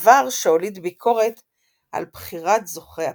דבר שהוליד ביקורת על בחירת זוכי הפרס.